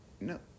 no